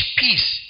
peace